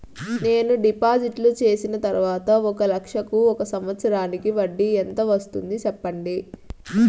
నేను డిపాజిట్లు చేసిన తర్వాత ఒక లక్ష కు ఒక సంవత్సరానికి వడ్డీ ఎంత వస్తుంది? సెప్పండి?